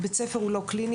בית ספר הוא לא קליניקה,